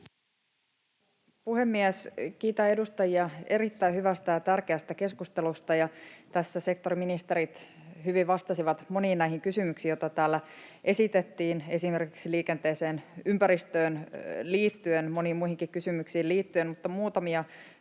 Kiitän edustajia erittäin hyvästä ja tärkeästä keskustelusta. Tässä sektorin ministerit hyvin vastasivat moniin näihin kysymyksiin, joita täällä esitettiin esimerkiksi liikenteeseen ja ympäristöön liittyen ja moniin muihinkin kysymyksiin liittyen,